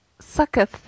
Sucketh